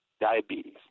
diabetes